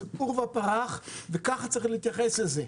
זה עורבא פרח וכך צריך להתייחס לזה.